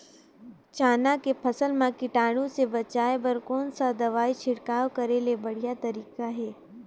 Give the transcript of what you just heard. चाना के फसल मा कीटाणु ले बचाय बर कोन सा दवाई के छिड़काव करे के बढ़िया तरीका हे?